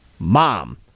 mom